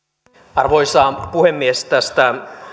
arvoisa puhemies tästä